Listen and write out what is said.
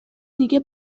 دیگه